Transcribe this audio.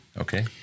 Okay